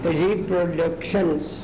reproductions